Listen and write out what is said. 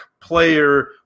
player